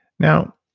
now,